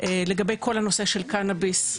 לגבי כל הנושא של קנאביס.